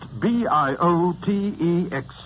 B-I-O-T-E-X